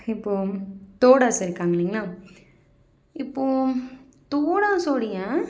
இப்போது தோடாஸ் இருக்காங்க இல்லைங்களா இப்போது தோடாஸ் உடையை